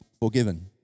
forgiven